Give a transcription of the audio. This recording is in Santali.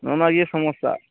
ᱱᱚᱜᱱᱟ ᱜᱮ ᱥᱚᱢᱳᱥᱟ